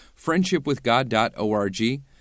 friendshipwithgod.org